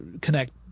connect